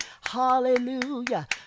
Hallelujah